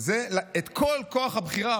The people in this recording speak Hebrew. זה שאת כל כוח הבחירה,